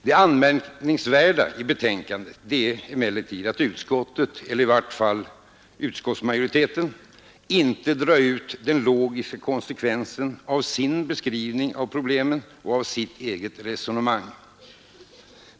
Det anmärkningsvärda i betänkandet är att utskottsmajoriteten inte drar ut den logiska konsekvensen av sin beskrivning av problemen och av sitt eget resonemang.